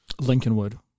Lincolnwood